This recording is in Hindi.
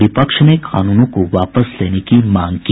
विपक्ष ने कानूनों को वापस लेने की मांग की